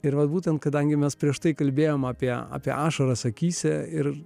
ir vat būtent kadangi mes prieš tai kalbėjome apie apie ašaras akyse ir